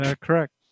Correct